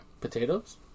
Potatoes